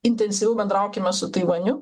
intensyviau bendraukime su taivaniu